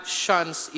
shuns